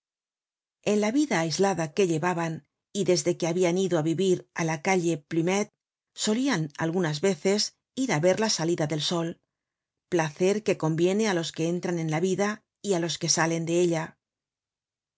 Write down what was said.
en la vida aislada que llevaban y desde que habian ido á vivir á la calle plumet solian algunas veces ir á ver la salida del sol placer que conviene á los que entran en la vida y á los que salen de ella